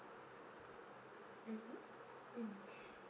mmhmm mm